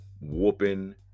whooping